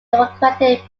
democratic